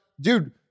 dude